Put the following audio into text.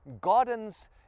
Gardens